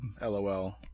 lol